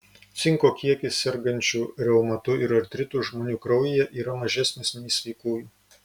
cinko kiekis sergančių reumatu ir artritu žmonių kraujyje yra mažesnis nei sveikųjų